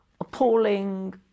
appalling